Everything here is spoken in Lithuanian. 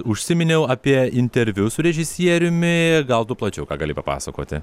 užsiminiau apie interviu su režisieriumi gal tu plačiau ką gali papasakoti